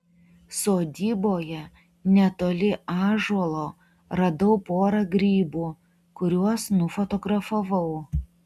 sodyboje netoli ąžuolo radau porą grybų kuriuos nufotografavau